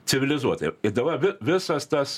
civilizuotai ir dabar vi visas tas